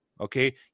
Okay